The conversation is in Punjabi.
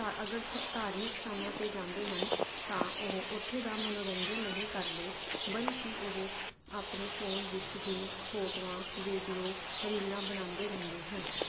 ਤਾਂ ਅਗਰ ਧਾਰਮਿਕ ਸਥਾਨਾਂ 'ਤੇ ਜਾਂਦੇ ਹਨ ਤਾਂ ਉਹ ਉੱਥੇ ਦਾ ਮਨੋਰੰਜਨ ਨਹੀਂ ਕਰਦੇ ਬਲਕਿ ਉਹ ਆਪਣੇ ਫੋਨ ਵਿੱਚ ਹੀ ਫੋਟੋਆਂ ਵੀਡੀਓ ਰੀਲਾਂ ਬਣਾਉਂਦੇ ਰਹਿੰਦੇ ਹਨ